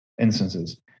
instances